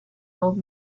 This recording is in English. old